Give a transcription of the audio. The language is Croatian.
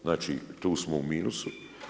Znači tu smo u minusu.